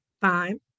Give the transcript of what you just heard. fine